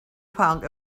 found